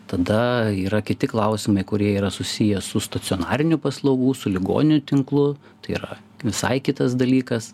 tada yra kiti klausimai kurie yra susiję su stacionarinių paslaugų su ligonių tinklu tai yra visai kitas dalykas